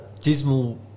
dismal